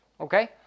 Okay